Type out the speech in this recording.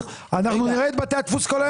אנחנו נראה את בתי הדפוס כל היום